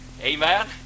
Amen